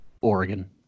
Oregon